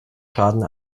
schaden